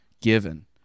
given